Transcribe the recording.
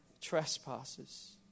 trespasses